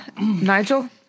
Nigel